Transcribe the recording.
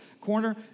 corner